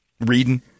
reading